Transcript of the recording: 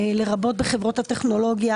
לרבות בחברות הטכנולוגיה,